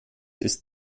ist